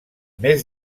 més